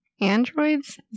androids